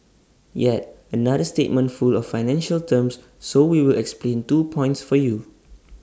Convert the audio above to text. yet another statement full of financial terms so we will explain two points for you